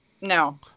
No